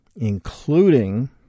including